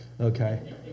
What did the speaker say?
Okay